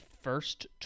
first